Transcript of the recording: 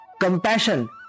compassion